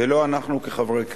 ולא אנחנו כחברי כנסת,